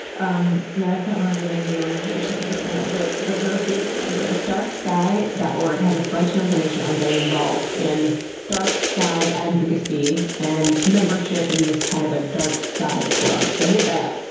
um yeah i can't remember the name of the organizations right now but but there are a few of of them out there. darksky dot org has a bunch of information on getting involved in dark sky advocacy and membership in this kind of a dark sky club. so hit that up.